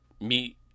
meet